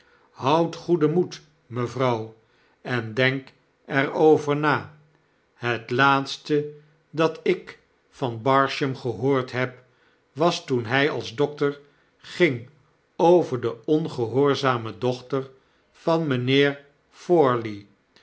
houd goeden moed mevrouw en denk er over na het laatste dat ik van barsham gehoord heb was toen hij als dokter ging over de ongehoorzame dochter van mijnheer